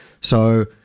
So-